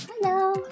Hello